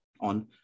on